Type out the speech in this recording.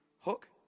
hook